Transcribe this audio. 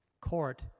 Court